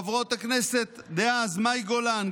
חברי הכנסת דאז מאי גולן,